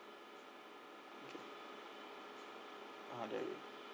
okay ah